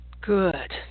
Good